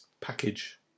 package